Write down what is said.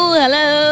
hello